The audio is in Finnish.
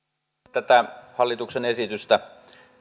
tätä hallituksen esitystä